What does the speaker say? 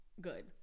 good